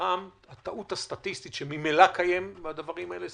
במתחם הטעות הסטטיסטית שממילא קיימת בדברים האלה.